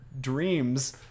dreams